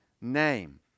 name